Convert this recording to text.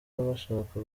bashaka